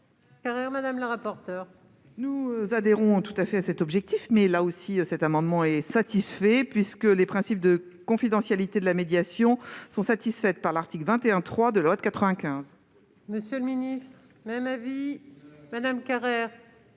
Nous souscrivons tout à fait à cet objectif, mais, là aussi, l'amendement est satisfait, puisque les principes de confidentialité de la médiation sont prévus par l'article 21-3 de la loi